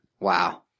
Wow